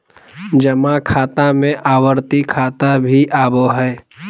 जमा खाता में आवर्ती खाता भी आबो हइ